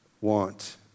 want